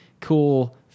cool